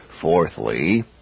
fourthly